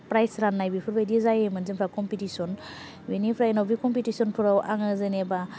prize रान्नाय बेफोरबायदि जायोमोन जोंफ्रा कम्पिटिसन बेनिफ्राय उनाव बे कम्पिटिसन फोराव आङो जेनेबा